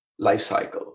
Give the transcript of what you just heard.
lifecycle